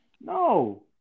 No